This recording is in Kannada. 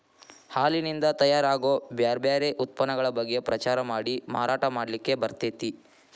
ಹಾಲಿನಿಂದ ತಯಾರ್ ಆಗೋ ಬ್ಯಾರ್ ಬ್ಯಾರೆ ಉತ್ಪನ್ನಗಳ ಬಗ್ಗೆ ಪ್ರಚಾರ ಮಾಡಿ ಮಾರಾಟ ಮಾಡ್ಲಿಕ್ಕೆ ಬರ್ತೇತಿ